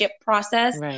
process